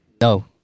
No